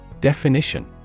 Definition